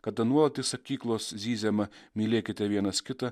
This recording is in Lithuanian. kada nuolat iš sakyklos zyziama mylėkite vienas kitą